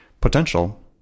potential